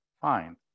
fine